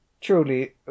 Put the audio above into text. Truly